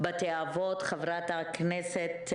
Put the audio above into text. ואני מדברת עם מנהלי בתי אבות שאומרים: אנחנו נלחמים בתחנות רוח,